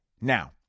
Now